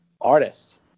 artists